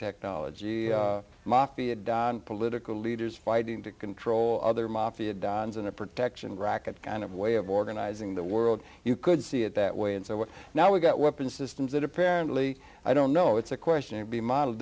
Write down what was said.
technology mafia don political leaders fighting to control other mafia dons in a protection racket kind of way of organizing the world you could see it that way and so now we've got weapon systems that apparently i don't know it's a question to be model